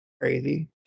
Crazy